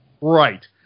right